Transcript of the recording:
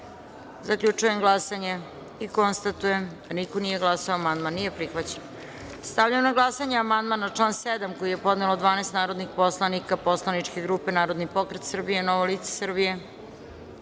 izjasnite. Zaključujem glasanje i konstatujem da niko nije glasao. Amandman nije prihvaćen. Stavljam na glasanje amandman na član 5. koji je podnelo 12 narodnih poslanika poslaničke grupe Narodni pokret Srbije – Novo lice